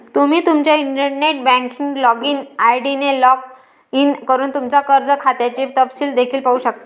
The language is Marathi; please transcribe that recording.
तुम्ही तुमच्या इंटरनेट बँकिंग लॉगिन आय.डी ने लॉग इन करून तुमच्या कर्ज खात्याचे तपशील देखील पाहू शकता